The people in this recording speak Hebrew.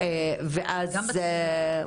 גם בציבורי.